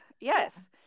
Yes